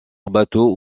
bateau